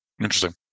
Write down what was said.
Interesting